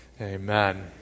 Amen